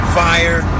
fire